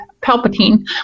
Palpatine